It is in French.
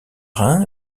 rhin